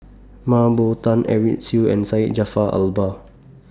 Mah Bow Tan Edwin Siew and Syed Jaafar Albar